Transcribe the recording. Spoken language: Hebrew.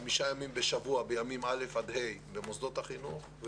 חמישה ימים בשבוע בימים א' עד ה' במוסדות החינוך.